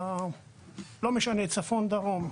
בצפון ובדרום,